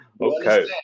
okay